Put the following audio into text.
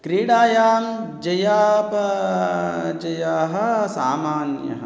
क्रीडायां जयापजयाः सामान्याः